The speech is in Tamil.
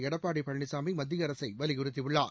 எடப்பாடி பழனிசாமி மத்திய அரசை வலியுறுத்தியுள்ளார்